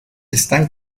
están